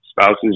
Spouses